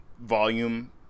volume